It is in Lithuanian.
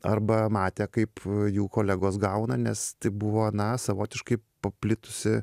arba matė kaip jų kolegos gauna nes tai buvo na savotiškai paplitusi